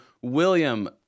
William